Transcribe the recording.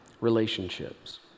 relationships